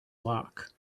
luck